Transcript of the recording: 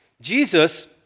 Jesus